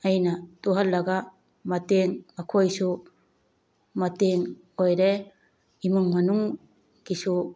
ꯑꯩꯅ ꯇꯨꯍꯜꯂꯒ ꯃꯇꯦꯡ ꯑꯩꯈꯣꯏꯁꯨ ꯃꯇꯦꯡ ꯑꯣꯏꯔꯦ ꯏꯃꯨꯡ ꯃꯅꯨꯡꯒꯤꯁꯨ